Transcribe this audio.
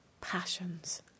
passions